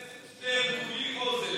חבר הכנסת שטרן, כולי אוזן.